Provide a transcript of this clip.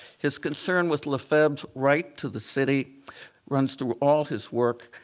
his concern with lefebvre's right to the city runs through all his work.